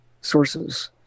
sources